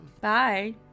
Bye